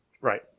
Right